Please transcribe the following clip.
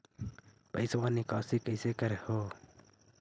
पैसवा निकासी कैसे कर हो?